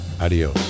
Adiós